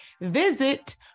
Visit